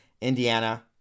Indiana